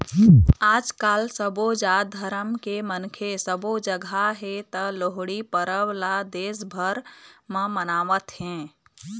आजकाल सबो जात धरम के मनखे सबो जघा हे त लोहड़ी परब ल देश भर म मनावत हे